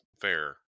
fair